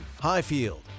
Highfield